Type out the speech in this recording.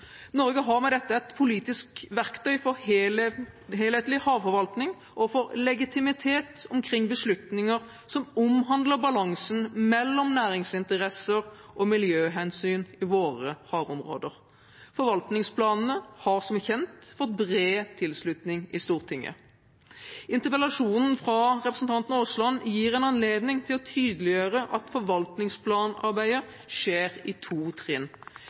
Norge har med dette et politisk verktøy for helhetlig havforvaltning og for legitimitet omkring beslutninger som omhandler balansen mellom næringsinteresser og miljøhensyn i våre havområder. Forvaltningsplanene har som kjent fått bred tilslutning i Stortinget. Interpellasjonen fra representanten Aasland gir en anledning til å tydeliggjøre at forvaltningsplanarbeidet skjer i to trinn.